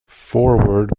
foreword